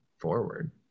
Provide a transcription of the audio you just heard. forward